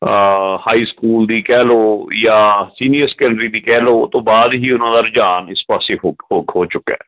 high school ਦੀ ਕਹਿ ਲਉ ਜਾਂ ਸੀਨੀਅਰ ਸੈਕੰਡਰੀ ਦੀ ਕਹਿ ਲਉ ਉਹ ਤੋਂ ਬਾਅਦ ਹੀ ਉਹਨਾਂ ਦਾ ਰੁਝਾਨ ਇਸ ਪਾਸੇ ਹੋ ਚੁੱਕਿਆ